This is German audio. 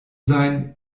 sein